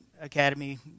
Academy